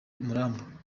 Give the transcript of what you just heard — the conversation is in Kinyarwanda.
muramba